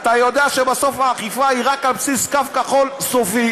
ואתה יודע שבסוף האכיפה היא רק על בסיס קו כחול סופי.